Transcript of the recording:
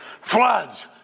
floods